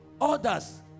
Others